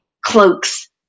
cloaks